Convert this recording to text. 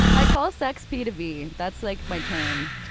i call sex p to v. that's like my term.